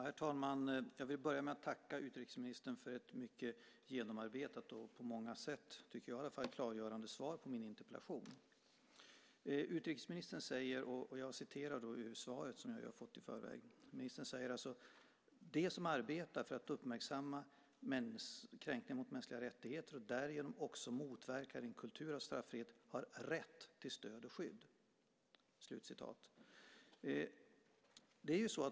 Herr talman! Jag vill börja med att tacka utrikesministern för ett mycket genomarbetat och på många sätt klargörande svar på min interpellation. Utrikesministern säger i svaret, som jag har fått i förväg: "De som arbetar för att uppmärksamma MR-kränkningar och därigenom också motverkar en kultur av straffrihet har rätt till stöd och skydd."